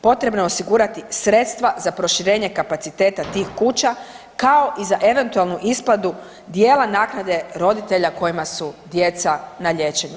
Potrebno je osigurati sredstva za proširenje kapaciteta tih kuća kao i za eventualnu isplatu djela naknade roditelja kojima su djeca na liječenju.